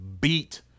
beat –